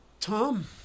Tom